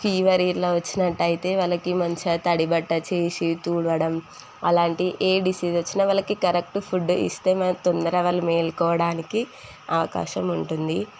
fever ఇట్ల వచ్చినట్టయితే వాళ్ళకి మంచిగా తడి బట్ట చేసి తుడవడం అలాంటి ఏ డిసీజ్ వచ్చినా వాళ్ళకి కరెక్ట్ ఫుడ్ ఇస్తే మనకి తొందర వాళ్ళు మేల్కోవడానికి అవకాశం ఉంటుంది